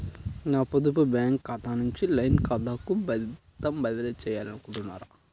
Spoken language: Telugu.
నా పొదుపు బ్యాంకు ఖాతా నుంచి లైన్ ఖాతాకు మొత్తం బదిలీ చేయాలనుకుంటున్నారా?